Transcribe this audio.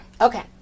Okay